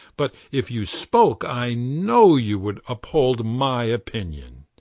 but if you spoke i know you would uphold my opinion.